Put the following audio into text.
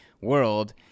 world